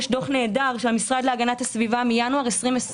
יש דוח נהדר של המשרד להגנת הסביבה מינואר 2020,